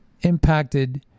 impacted